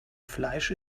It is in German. fleisch